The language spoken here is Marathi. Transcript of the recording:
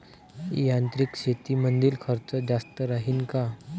यांत्रिक शेतीमंदील खर्च जास्त राहीन का?